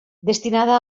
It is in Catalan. destinada